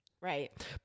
right